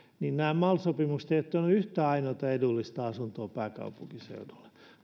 ja nämä mal sopimukset eivät ole tuoneet yhtä ainoata edullista asuntoa pääkaupunkiseudulle